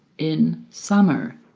in summer,